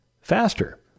faster